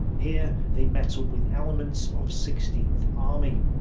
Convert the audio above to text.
here they met up with elements of sixteenth army.